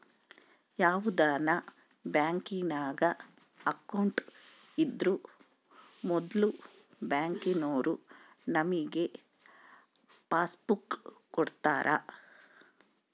ಯಾವುದನ ಬ್ಯಾಂಕಿನಾಗ ಅಕೌಂಟ್ ಇದ್ರೂ ಮೊದ್ಲು ಬ್ಯಾಂಕಿನೋರು ನಮಿಗೆ ಪಾಸ್ಬುಕ್ ಕೊಡ್ತಾರ